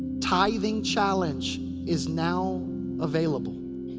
tithing challenge is now available.